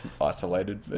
Isolated